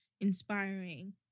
inspiring